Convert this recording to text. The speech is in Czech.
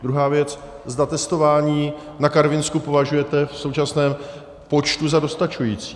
Druhá věc, zda testování na Karvinsku považujete v současném počtu za dostačující.